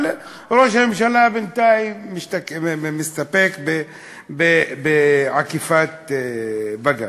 אבל ראש הממשלה בינתיים מסתפק בעקיפת בג"ץ.